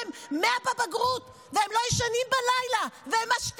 אבל מה יעזור לנו אם יש להם 100 בבגרות והם לא ישנים בלילה והם משתינים?